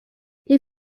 les